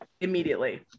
Immediately